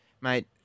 Mate